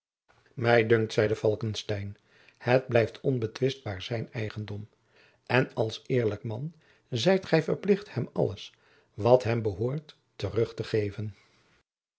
mij dunkt zeide falckestein het blijft onbetwistbaar zijn eigendom en als eerlijk man zijt gij verplicht hem alles wat hem behoort terug te geven